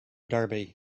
derby